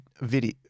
video